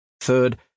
Third